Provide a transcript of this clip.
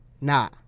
nah